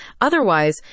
Otherwise